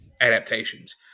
adaptations